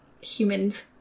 human's